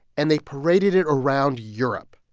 and they paraded it around europe.